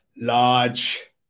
large